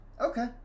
Okay